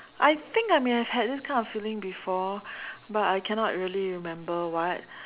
I think I may have had this kind of feeling before but I cannot really remember what